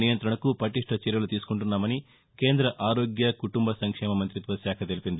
నియంత్రణకు పటిష్ట చర్యలు తీసుకుంటున్నామని కేంద్ర ఆరోగ్య కుటుంబ సంక్షేమ మంతిత్వ శాఖ తెలిపింది